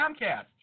Comcast